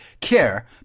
care